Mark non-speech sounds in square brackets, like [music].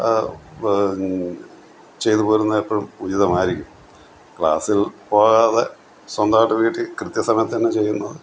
[unintelligible] ചെയ്തു പോരുന്നത് എപ്പോഴും ഉചിതമായിരിക്കും ക്ലാസ്സിൽ പോകാതെ സ്വന്തമായിട്ടു വീട്ടിൽ കൃത്യസമയത്തു തന്നെ ചെയ്യുന്നത്